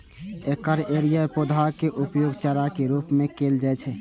एकर हरियर पौधाक उपयोग चारा के रूप मे कैल जाइ छै